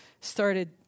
started